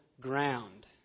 ground